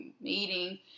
meeting